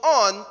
on